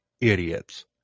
idiots